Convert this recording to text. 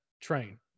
train